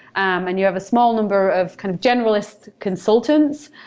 and you have a small number of kind of generalist consultants.